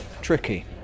tricky